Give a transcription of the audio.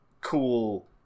cool